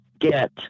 get